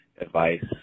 advice